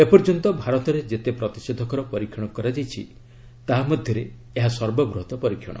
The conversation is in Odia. ଏପର୍ଯ୍ୟନ୍ତ ଭାରତରେ ଯେତେ ପ୍ରତିଷେଧକର ପରୀକ୍ଷଣ କରାଯାଇଛି ତାହା ମଧ୍ୟରେ ଏହା ସର୍ବବୃହତ୍ ପରୀକ୍ଷଣ